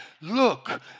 look